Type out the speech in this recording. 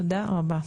תודה רבה.